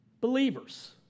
believers